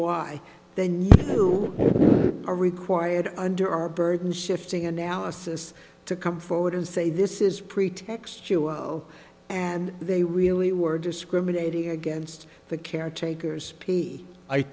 why they know you are required under our burden shifting analysis to come forward and say this is pretext and they really were discriminating against the caretakers p i